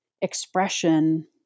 expression